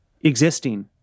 existing